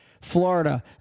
Florida